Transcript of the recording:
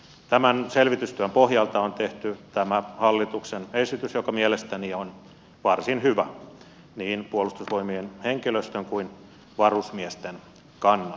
tämän selvitystyön pohjalta on tehty tämä hallituksen esitys joka mielestäni on varsin hyvä niin puolustusvoimien henkilöstön kuin varusmiesten kannalta